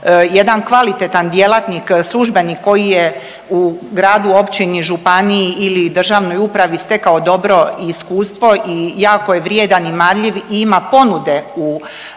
jedan kvalitetan djelatnik, službenik koji je u gradu, općini, županiji ili državnoj upravi stekao dobro iskustvo i jako je vrijedan i marljiv i ima ponude u realnom